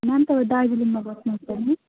ma'am तपाईँ दार्जिलिङमा बस्नुहुन्छ नि